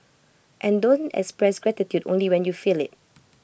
and don't express gratitude only when you feel IT